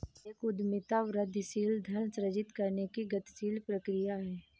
एक उद्यमिता वृद्धिशील धन सृजित करने की गतिशील प्रक्रिया है